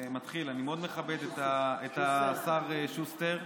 אני מאוד מכבד את השר שוסטר,